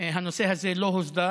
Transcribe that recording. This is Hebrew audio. הנושא הזה לא הוסדר.